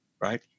Right